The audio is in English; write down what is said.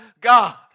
God